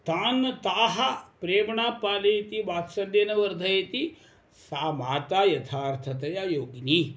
तान् ताः प्रेम्णा पालयति वात्सल्येन वर्धयति सा माता यथार्थतया योगिनी